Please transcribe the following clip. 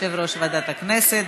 יושב-ראש ועדת הכנסת.